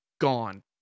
gone